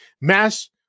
Mass